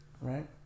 Right